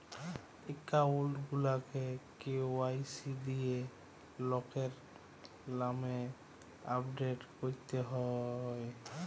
account গুলাকে KYC দিঁয়ে লকের লামে আপডেট ক্যরতে হ্যয়